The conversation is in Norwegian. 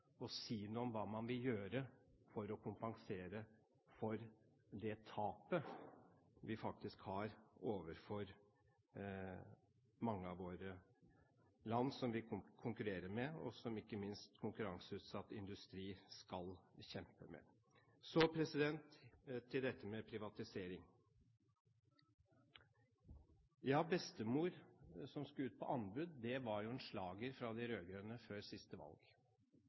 å si noe om hva man vil gjøre for å kompensere for det tapet vi faktisk har overfor mange av de land som vi konkurrerer med, og som ikke minst konkurranseutsatt industri skal kjempe mot. Så til dette med privatisering: At bestemor skulle ut på anbud, var jo en slager fra de rød-grønne før siste valg.